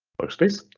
workspace.